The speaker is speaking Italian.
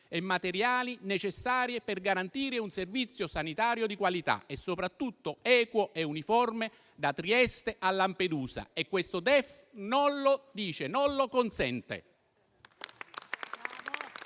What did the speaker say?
e materiali necessarie per garantire un servizio sanitario di qualità e soprattutto equo e uniforme, da Trieste a Lampedusa. Questo DEF non lo dice e non lo consente.